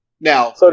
now